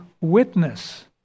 witness